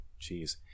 Jeez